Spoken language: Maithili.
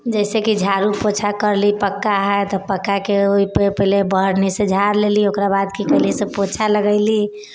जइसे कि झाड़ू पोछा करली पक्का हइ तऽ पक्काके ओहिपर पहिले बाढ़निसँ झाड़ि लेली ओकर बाद कि केली से पोछा लगेली